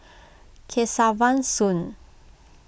Kesavan Soon